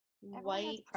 white-